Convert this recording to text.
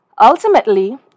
Ultimately